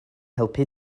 helpu